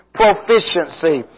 proficiency